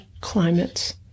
climates